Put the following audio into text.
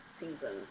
season